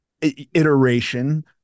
iteration